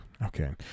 Okay